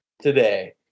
today